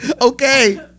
okay